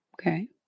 Okay